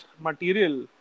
material